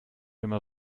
immer